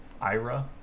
Ira